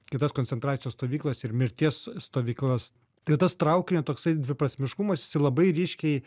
kitas koncentracijos stovyklas ir mirties stovyklas tai tas traukinio toksai dviprasmiškumas jisai labai ryškiai